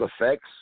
effects